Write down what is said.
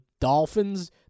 dolphins